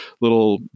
little